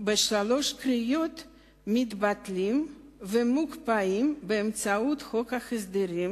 בשלוש קריאות מתבטלים ומוקפאים באמצעות חוק ההסדרים,